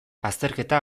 azterketa